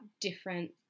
different